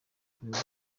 kureba